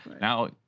Now